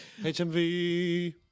HMV